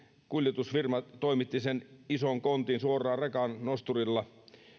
kuljetusfirma toimitti sen ison kontin suoraan rekan nosturilla